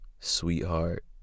sweetheart